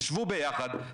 תשבו ביחד,